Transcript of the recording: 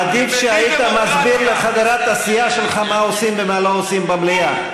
עדיף שהיית מסביר לחברת הסיעה שלך מה עושים ומה לא עושים במליאה,